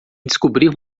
descobrir